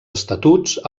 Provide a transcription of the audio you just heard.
estatuts